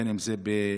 בין אם זה בלוד,